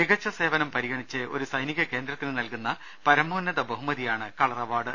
മികച്ച സേവനം പരിഗണിച്ച് ഒരു സൈനിക കേന്ദ്രത്തിന് നൽകുന്ന പരമോന്നത ബഹുമതിയാണ് കളർ അവാർഡ്